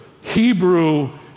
Hebrew